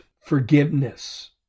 forgiveness